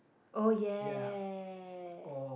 oh ya